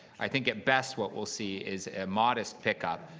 i think at best what we'll see is a modest pickup,